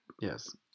yes